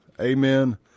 Amen